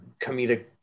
comedic